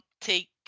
take